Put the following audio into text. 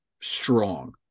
strong